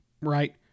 right